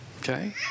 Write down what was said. Okay